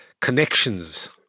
connections